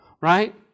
right